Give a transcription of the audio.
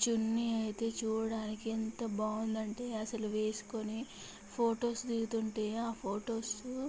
చున్నీ అయితే చూడటానికి ఎంత బాగుందంటే అసలు వేసుకొని ఫోటోస్ దిగుతుంటే ఆ ఫొటోసు